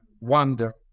wonder